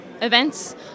events